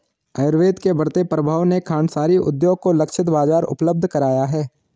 आयुर्वेद के बढ़ते प्रभाव ने खांडसारी उद्योग को लक्षित बाजार उपलब्ध कराया है